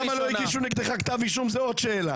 ולמה לא הגישו נגדך כתב אישום, זה עוד שאלה.